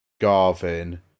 Garvin